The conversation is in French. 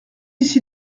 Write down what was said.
ici